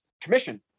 commission